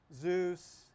Zeus